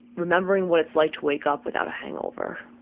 remembering what it's like to wake up without a hangover.